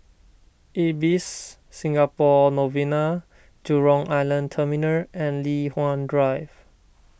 Ibis Singapore Novena Jurong Island Terminal and Li Hwan Drive